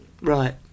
Right